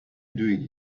doing